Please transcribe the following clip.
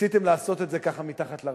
ניסיתם לעשות את זה מתחת לרדאר.